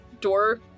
door